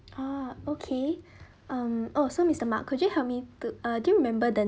ah okay um oh so mister mark could you help me to do you remember the